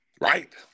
Right